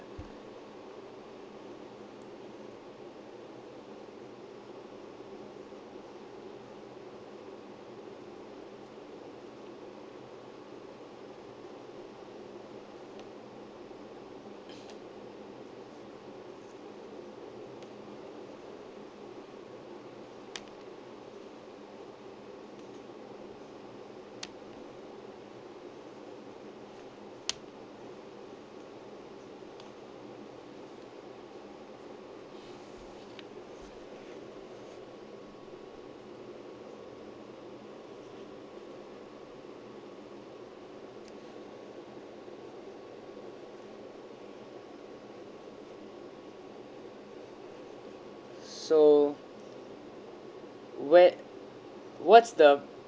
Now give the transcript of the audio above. so where what's the